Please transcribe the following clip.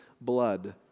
blood